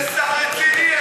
רציני.